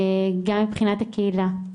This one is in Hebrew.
גם מבחינת הקהילה.